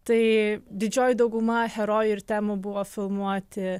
tai didžioji dauguma herojų ir temų buvo filmuoti